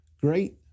great